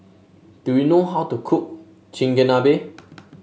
do you know how to cook Chigenabe